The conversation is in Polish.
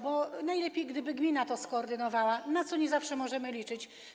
Bo najlepiej gdyby gmina to skoordynowała, na co nie zawsze możemy liczyć.